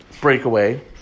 Breakaway